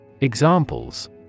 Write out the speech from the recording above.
Examples